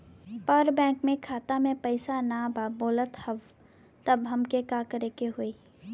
पर बैंक मे खाता मे पयीसा ना बा बोलत हउँव तब हमके का करे के होहीं?